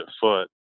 foot